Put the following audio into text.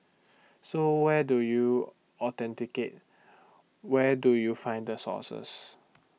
so where do you authenticate where do you find the sources